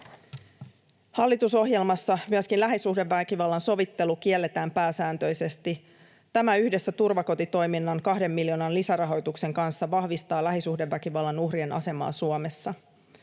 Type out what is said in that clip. Hallitusohjelmassa myöskin lähisuhdeväkivallan sovittelu kielletään pääsääntöisesti. Tämä yhdessä turvakotitoiminnan kahden miljoonan lisärahoituksen kanssa vahvistaa lähisuhdeväkivallan uhrien asemaa Suomessa.